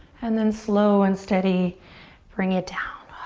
and then slow and steady bring it down.